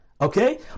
Okay